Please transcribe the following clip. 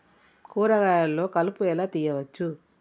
కూరగాయలలో కలుపు ఎలా తీయచ్చు?